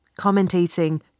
commentating